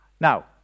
Now